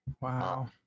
wow